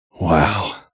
wow